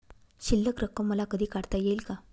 शिल्लक रक्कम मला कधी काढता येईल का?